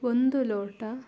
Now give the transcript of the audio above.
ಒಂದು ಲೋಟ